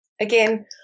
Again